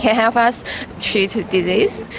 can help us treat disease.